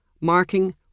marking